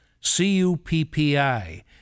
C-U-P-P-I